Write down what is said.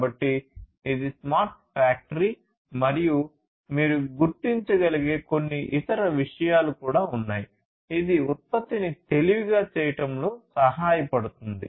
కాబట్టి ఇది smart factory మరియు మీరు గుర్తించగలిగే కొన్ని ఇతర విషయాలు కూడా ఉన్నాయి ఇది ఉత్పత్తిని తెలివిగా చేయడంలో సహాయపడుతుంది